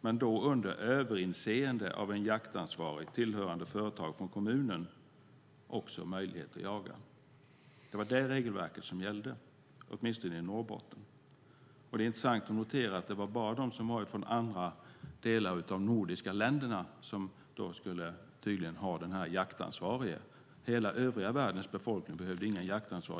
möjlighet att jaga, men då under överinseende av en jaktansvarig tillhörande företag från kommunen. Det var det regelverket som gällde, åtminstone i Norrbotten. Det är intressant att notera att det bara var de som var från de andra nordiska länderna som skulle ha den här jaktansvarige med sig. Hela den övriga världens befolkning behövde ingen jaktansvarig.